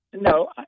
No